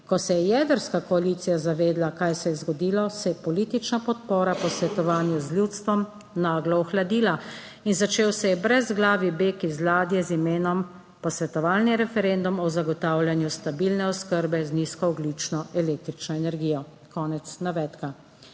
Ko se je jedrska koalicija zavedala, kaj se je zgodilo, se je politična podpora posvetovanju z ljudstvom naglo ohladila. In začel se je brezglavi beg iz ladje z imenom posvetovalni referendum o zagotavljanju stabilne oskrbe z nizkoogljično električno energijo." Konec navedka.